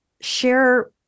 share